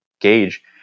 gauge